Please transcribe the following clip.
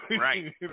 Right